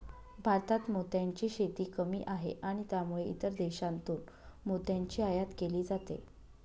भारतात मोत्यांची शेती कमी आहे आणि त्यामुळे इतर देशांतून मोत्यांची आयात केली जाते